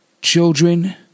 Children